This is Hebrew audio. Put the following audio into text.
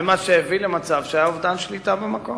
וזה דבר שהביא לאובדן שליטה במקום.